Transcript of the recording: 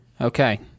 Okay